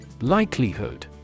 Likelihood